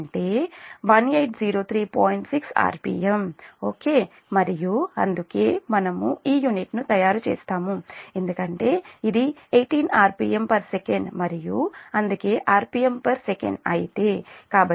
6 rpmఓకే మరియు అందుకే మనము ఈ యూనిట్ను తయారుచేస్తాము ఎందుకంటే ఇది 18 rpmsec మరియు అందుకే rpmsec అయితే